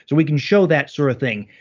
so we can show that sort of thing,